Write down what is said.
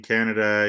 Canada